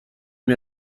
mir